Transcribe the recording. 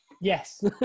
Yes